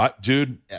Dude